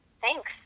Thanks